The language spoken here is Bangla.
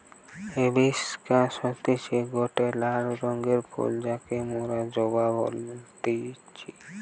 হিবিশকাস হতিছে গটে লাল রঙের ফুল যাকে মোরা জবা বলতেছি